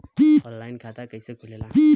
Online खाता कइसे खुलेला?